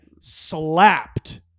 slapped